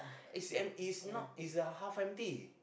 it's em~ it's not it's uh half empty